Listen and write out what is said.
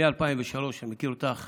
מ-2003 אני מכיר אותך